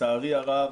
לצערי הרב,